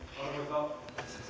arvoisa